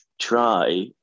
try